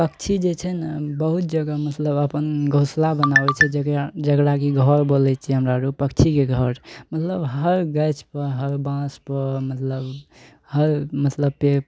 पक्षी जे छै ने बहुत जगह मतलब अपन घोसला बनाबय छै जकरा जकरा की घर बोलय छियै हमरा आरू पक्षीके घर मतलब हर गाछपर हर बाँसपर मतलब हर मतलब पेड़